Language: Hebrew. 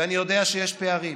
אני יודע שיש פערים